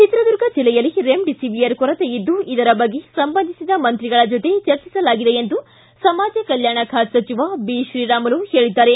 ಚಿತ್ರದುರ್ಗ ಜೆಲ್ಲೆಯಲ್ಲಿ ರೆಮಿಡಿಸಿವಿಯರ್ ಕೊರತೆ ಇದ್ದು ಇದರ ಬಗ್ಗೆ ಸಂಬಂಧಿಸಿದ ಮಂತ್ರಿಗಳ ಜೊತೆ ಚರ್ಚಿಸಲಾಗಿದೆ ಎಂದು ಸಮಾಜ ಕಲ್ಲಾಣ ಖಾತೆ ಸಚಿವ ತ್ರೀರಾಮುಲು ಹೇಳಿದ್ದಾರೆ